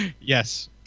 Yes